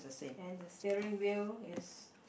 then the steering wheel is